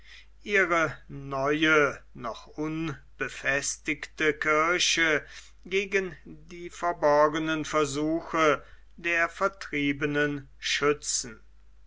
ihre neue noch unbefestigte kirche gegen die verborgenen versuche der vertriebenen schützen